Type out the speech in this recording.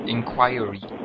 Inquiry